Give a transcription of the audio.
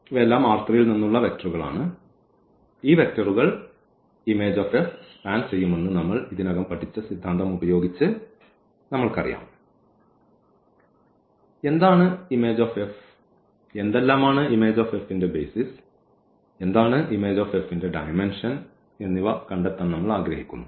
ഇവയെല്ലാം ൽ നിന്നുള്ള വെക്റ്ററുകൾ ആണ് ഈ വെക്റ്ററുകൾ image സ്പാൻ ചെയ്യുമെന്ന് നമ്മൾ ഇതിനകം പഠിച്ച സിദ്ധാന്തം ഉപയോഗിച്ച് നമ്മൾക്കറിയാം എന്താണ് image എന്തെല്ലാമാണ് image ന്റെ ബെയ്സിസ് എന്താണ് image ന്റെ ഡയമെൻഷൻ എന്നിവ കണ്ടെത്താൻ നമ്മൾ ആഗ്രഹിക്കുന്നു